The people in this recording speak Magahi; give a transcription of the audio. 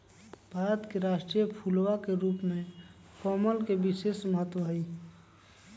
भारत के राष्ट्रीय फूलवा के रूप में कमल के विशेष महत्व हई